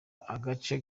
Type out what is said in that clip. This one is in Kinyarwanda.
agace